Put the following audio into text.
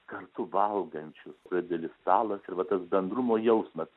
kartu valgančius didelis stalas ir va tas bendrumo jausmas